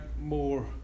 more